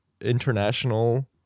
international